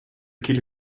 qu’il